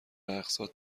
اقساط